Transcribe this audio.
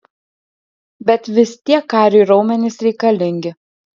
bet vis tiek kariui raumenys reikalingi